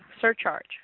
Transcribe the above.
surcharge